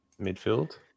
midfield